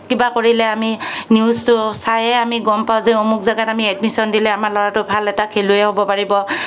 কিবা কৰিলে আমি নিউজটো চাইয়েই আমি গ'ম পাওঁ যে অমুক জেগাত আমি এডমিচন দিলে আমাৰ ল'ৰাটো ভাল এটা খেলুৱৈ হ'ব পাৰিব